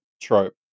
trope